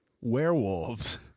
Werewolves